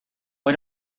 why